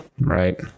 Right